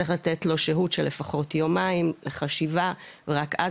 צריך לתת לו שהות של לפחות יומיים של חשיבה ורק אז